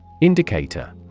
Indicator